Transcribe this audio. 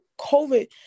COVID